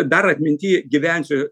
dar atminty gyvensiu